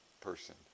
person